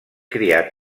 criat